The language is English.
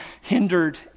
hindered